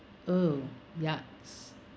oh yucks